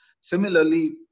Similarly